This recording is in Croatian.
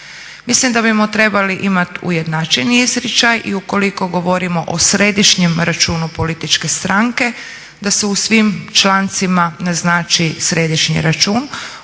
Mislim da bismo trebali imati ujednačeni izričaj i ukoliko govorimo o središnjem računu političke stranke da se u svim člancima naznači središnji račun.